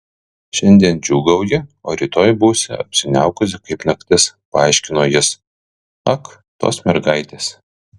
šiandien džiūgauji o rytoj būsi apsiniaukusi kaip naktis paaiškino jis ak tos mergaitės